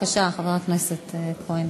חבר הכנסת כהן.